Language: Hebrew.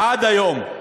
עד היום,